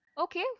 Okay